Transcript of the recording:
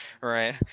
Right